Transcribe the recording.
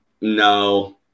no